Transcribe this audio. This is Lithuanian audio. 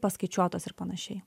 paskaičiuotos ir panašiai